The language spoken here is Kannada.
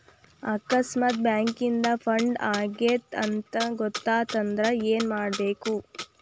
ಆಕಸ್ಮಾತ್ ಬ್ಯಾಂಕಿಂದಾ ಫ್ರಾಡ್ ಆಗೇದ್ ಅಂತ್ ಗೊತಾತಂದ್ರ ಏನ್ಮಾಡ್ಬೇಕು?